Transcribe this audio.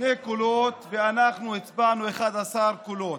שני קולות, ואנחנו הצבענו ב-11 קולות.